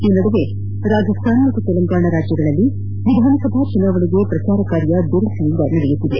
ಈ ನಡುವೆ ರಾಜಸ್ತಾನ ಮತ್ತು ತೆಲಂಗಾಣ ರಾಜ್ಲಗಳಲ್ಲಿ ವಿಧಾನಸಭಾ ಚುನಾವಣೆಗೆ ಪ್ರಚಾರ ಕಾರ್ಯ ಬಿರುಸಿನಿಂದ ನಡೆಯುತ್ತಿದೆ